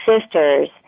sisters